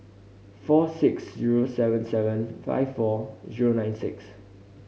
four six zero seven seven five four zero nine six